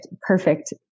perfect